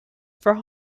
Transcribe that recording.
for